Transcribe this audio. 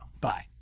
Bye